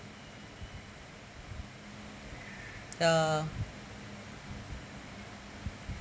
ya